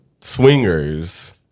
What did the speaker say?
swingers